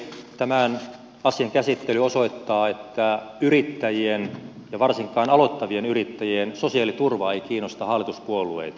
tämän asian käsittely osoittaa että yrittäjien ja varsinkaan aloittavien yrittäjien sosiaaliturva ei kiinnosta hallituspuolueita